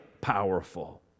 powerful